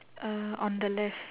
ah on the left